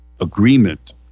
agreement